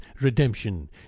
redemption